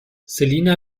selina